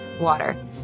water